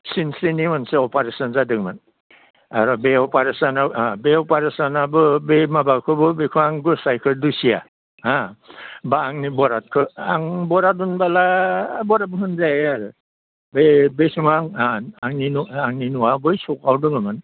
सिनस्रिनि मोनसे अपारेसन जादोंमोन आरो बे अपारेसनाव बे अपारेसनाबो बे माबाखो बेखो आंबो गसाइखो दुसिया हा बा आंनि बरादखो आं बराद होनबोला बराद होनजायो आरो बे समाव आं आंनि न' आंनि न'आ बै सखआव दोङोमोन